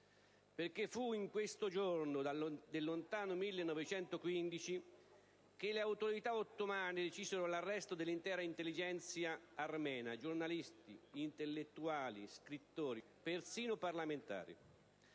perché fu in questo giorno del lontano 1915 che le autorità ottomane decisero l'arresto dell'intera intellighenzia armena (giornalisti, intellettuali, scrittori, persino parlamentari),